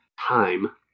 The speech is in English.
time